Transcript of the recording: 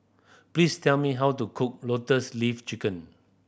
please tell me how to cook Lotus Leaf Chicken